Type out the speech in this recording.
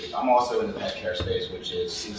i'm also in the pet care space which is,